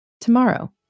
tomorrow